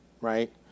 right